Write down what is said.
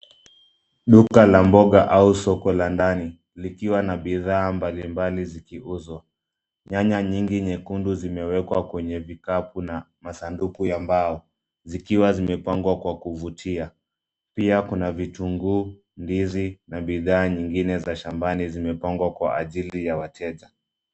Duka la mboga au soko la ndani likiwa na bidhaa mbali mbali zikiuzwa. Nyanya nyingi nyekundu zimewekwa kwenye vikapu na masanduku ya mbao zikiwa zimepangwa kwa kuvutia. Pia kuna: vitunguu, ndizi na bidhaa nyingine za shambani zimepangwa kwa ajili ya wateja.